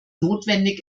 notwendig